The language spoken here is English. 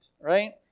right